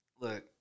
look